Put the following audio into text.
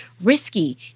risky